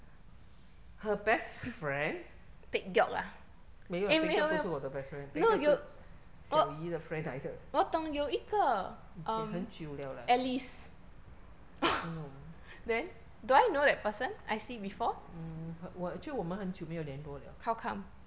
her best friend 没有啦 pek geok 不是我的 best friend 那个是小姨的 friend 来的以前很久了啦 no mm 我 actually 我们很久没有联络了